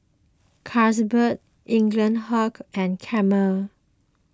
Carlsberg Eaglehawk and Camel